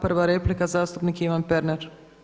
Prva replika zastupnik Ivan Pernar.